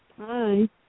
Hi